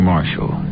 Marshall